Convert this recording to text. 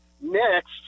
Next